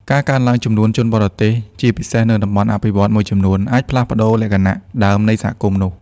ការកើនឡើងចំនួនជនបរទេស ជាពិសេសនៅតំបន់អភិវឌ្ឍន៍មួយចំនួន អាចផ្លាស់ប្តូរលក្ខណៈដើមនៃសហគមន៍នោះ។